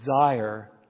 desire